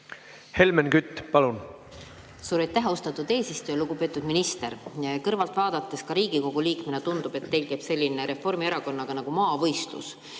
Helmen Kütt, palun! Suur aitäh, austatud eesistuja! Lugupeetud minister! Kõrvalt vaadates ka Riigikogu liikmena tundub, et teil käib Reformierakonnaga nagu maavõistlus.